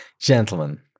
gentlemen